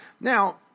Now